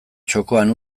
txokoan